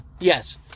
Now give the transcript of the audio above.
yes